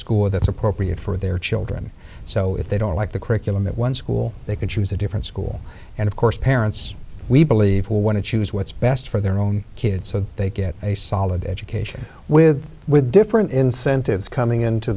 school that's appropriate for their children so if they don't like the curriculum at one school they can choose a different school and of course parents we believe will want to choose what's best for their own kids so they get a solid education with with different incentives coming into